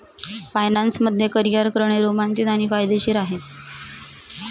finance मध्ये career करणे रोमांचित आणि फायदेशीर आहे